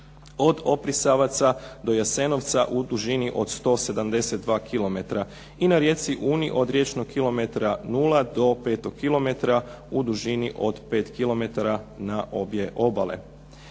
od Oprisavaca do Jasenovca, u dužini od 172 kilometra. I na rijeci Uni od riječnog kilometra nula do 5. kilometra, u dužini od 5 kilometara na obje obale.